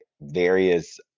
various